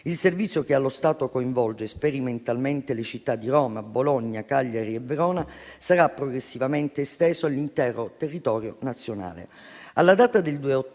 Il servizio, che allo stato coinvolge sperimentalmente le città di Roma, Bologna, Cagliari e Verona, sarà progressivamente esteso all'intero territorio nazionale.